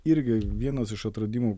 irgi vienas iš atradimų